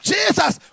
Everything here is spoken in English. Jesus